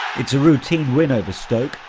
it's a routine win over stoke,